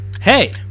Hey